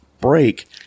break